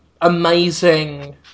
amazing